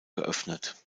geöffnet